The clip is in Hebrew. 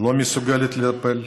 לא מסוגלת לטפל,